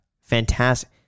Fantastic